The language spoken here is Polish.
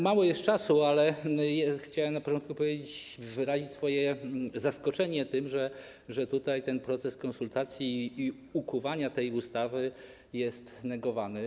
Mało jest czasu, ale chciałem na początku wyrazić swoje zaskoczenie tym, że tutaj ten proces konsultacji i ukuwania tej ustawy jest negowany.